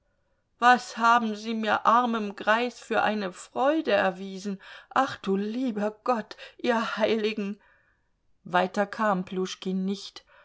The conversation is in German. was haben sie mir armem greis für eine freude erwiesen ach du lieber gott ihr heiligen weiter kam pljuschkin nicht